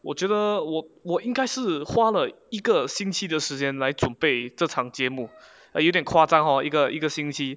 我觉得我我应该是花了一个星期的时间来准备这场节目啊有点夸张 hor 一个一个星期